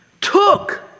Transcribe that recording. took